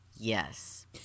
Yes